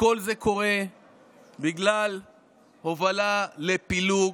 וכל זה קורה בגלל הובלה לפילוג.